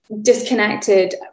disconnected